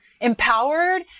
empowered